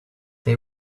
they